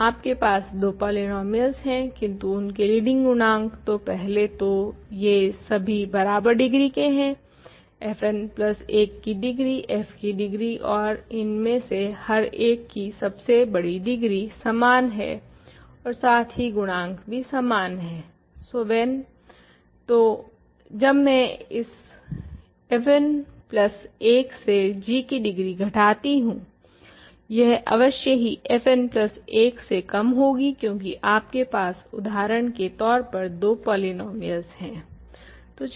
तो आपके पास 2 पोलिनोमियल्स हें किन्तु उनके लीडिंग गुणांक तो पहले तो ये सभी बराबर डिग्री के हें fn प्लस 1 की डिग्री f की डिग्री और इनमें से तो जब हम घटाते हें fn प्लस 1 माइनस g की डिग्री fn प्लस 1 की डिग्री से अवश्य कम होती है क्यूंकी आपके पास उदाहरण के लिए 2 पोलिनोमियल्स होते हें